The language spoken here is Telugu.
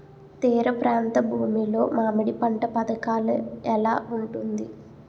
తీర ప్రాంత భూమి లో మామిడి పంట పథకాల ఎలా ఉంటుంది?